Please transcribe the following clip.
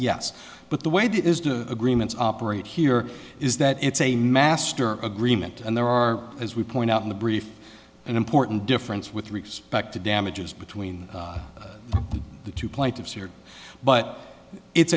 yes but the way that is to agreements operate here is that it's a master agreement and there are as we point out in the brief an important difference with respect to damages between the two plaintiffs here but it's